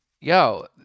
yo